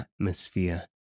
atmosphere